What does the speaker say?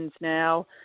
now